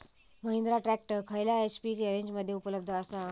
Mahindra tractor खयल्या HP रेंजमध्ये उपलब्ध आसा?